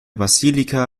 basilika